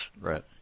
Right